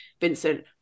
Vincent